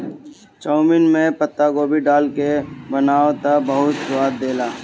chowmein में पातगोभी डाल के बनावअ तअ बड़ा स्वाद देला